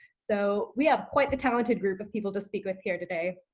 so we have quite the talented group of people to speak with here today.